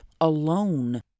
alone